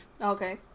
Okay